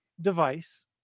device